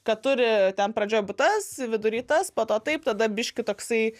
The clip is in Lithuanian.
kad turi ten pradžioj būt tas vidury tas po to taip tada biški toksai